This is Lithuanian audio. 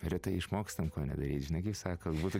retai išmokstam ko nedaryt žinai kaip sako būtų